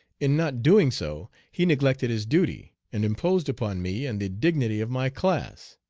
in not doing so he neglected his duty and imposed upon me and the dignity of my class.